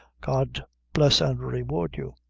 god bless and reward you!